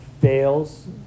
fails